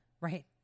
right